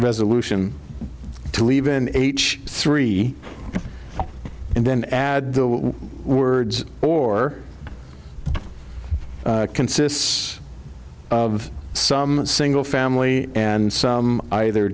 resolution to leave and each three and then add the words or consists of some single family and some either